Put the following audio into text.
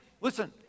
listen